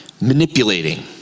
manipulating